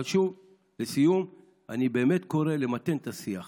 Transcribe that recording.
אבל שוב, לסיום, אני באמת קורא למתן את השיח.